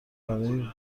برای